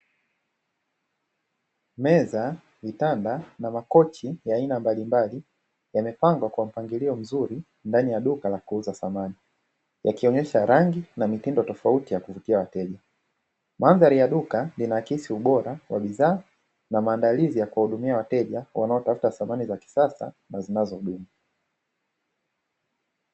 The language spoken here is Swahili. Meza, vitanda na makochi ya aina mbalimbali yamepangwa kwa mpangilio mzuri ndani ya duka la kuuza thamani. Yakionyesha rangi na mitindo tofauti ya kuvutia wateja. Mandhari ya duka inaakisi ubora wa bidhaa na maandalizi ya kuwahudumia wateja wanaotafuta thamani za kisasa na zinazodumu.